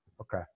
okay